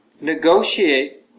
negotiate